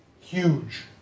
huge